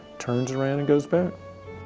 turns around and goes back.